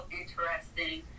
interesting